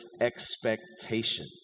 expectation